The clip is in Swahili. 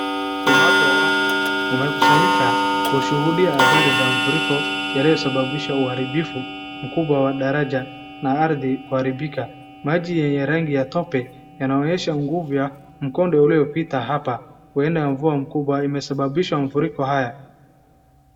Umatu wa watu wamekusanyika kushuhudia athari za mafuriko, yaliyo sababisha uharibifu mkubwa wa daraja na ardhi kuharibika. Maji lenye rangi la tope yanaonyesha nguvu ya mkonde uliopita hapa huenda mvua mkubwa imesababisha mafuriko hawa.